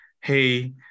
hey